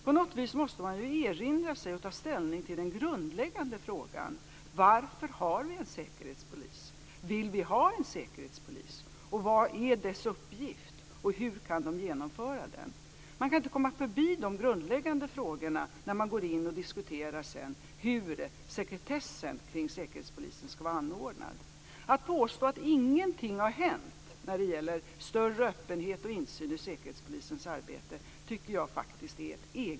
På något vis måste man ju erinra sig och ta ställning till den grundläggande frågan: Varför har vi en säkerhetspolis? Vill vi ha en säkerhetspolis? Vad är Säkerhetspolisens uppgift? Och hur kan man genomföra den? Man kan inte komma förbi de grundläggande frågorna när man går in och diskuterar hur sekretessen kring Säkerhetspolisen ska vara anordnad. Jag tycker faktiskt att det är egendomligt att påstå att ingenting har hänt när det gäller större öppenhet och ökad insyn i Säkerhetspolisens arbete.